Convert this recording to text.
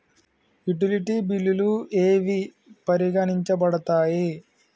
Utility బిల్లులు ఏవి పరిగణించబడతాయి?